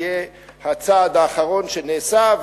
תהיה הצעד האחרון שנעשה,